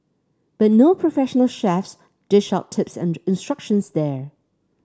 but no professional chefs dish out tips and instructions there